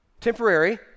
temporary